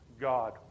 God